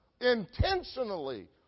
intentionally